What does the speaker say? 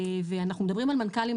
ואנחנו מדברים על מנכ"לים,